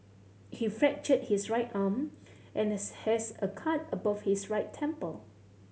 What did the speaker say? he fractured his right arm and has a cut above his right temple